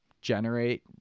generate